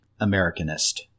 Americanist